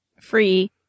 free